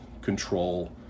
control